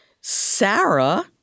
Sarah